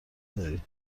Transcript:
داری